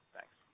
Thanks